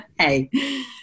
hey